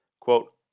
Quote